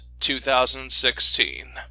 2016